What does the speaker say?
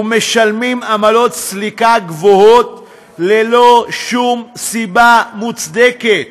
ומשלמים עמלות סליקה גבוהות, ללא שום סיבה מוצדקת.